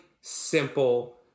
simple